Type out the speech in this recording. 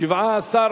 ביטחון (הוראת שעה) (הצבת יוצאי צבא בשירות בתי-הסוהר) (תיקון מס' 6),